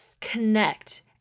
connect